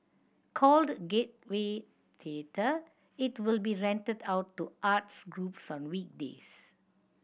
called Gateway Theatre it will be rented out to arts groups on weekdays